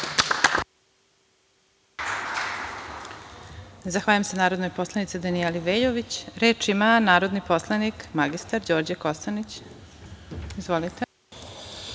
Zahvaljujem se narodnoj poslanici Danijeli Veljović. Reč ima narodni poslanik mr Đorđe Kosanić. Izvolite.